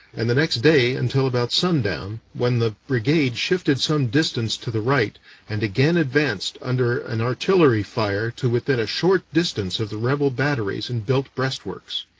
and the next day until about sundown, when the brigade shifted some distance to the right and again advanced under an artillery fire to within a short distance of the rebel batteries and built breastworks.